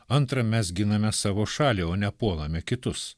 antra mes giname savo šalį o ne puolame kitus